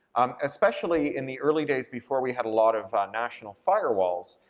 um especially in the early days before we had a lot of national firewalls.